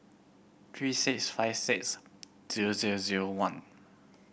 three six five six zero zero zero one